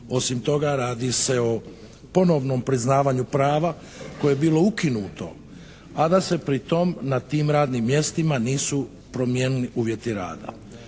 Osim toga, radi se o ponovnom priznavanju prava koje je bilo ukinuto, a da se pri tom na tim radnim mjestima nisu promijenili uvjeti rada.